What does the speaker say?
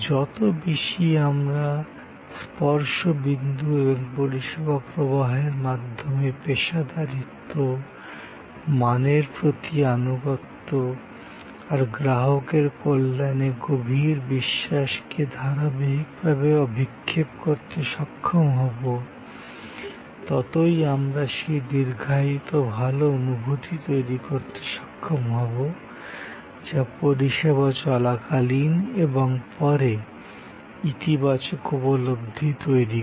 যত বেশি আমরা স্পর্শ বিন্দু এবং পরিষেবা প্রবাহের মাধ্যমে পেশাদারিত্ব মানের প্রতি আনুগত্য আর গ্রাহকের কল্যাণে গভীর বিশ্বাসকে ধারাবাহিকভাবে অভিক্ষেপ করতে সক্ষম হব ততই আমরা সেই দীর্ঘায়িত ভাল অনুভূতি তৈরি করতে সক্ষম হব যা পরিষেবা চলাকালিন এবং পরে ইতিবাচক উপলব্ধি তৈরী করে